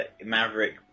Maverick